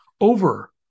over